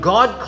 God